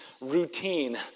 routine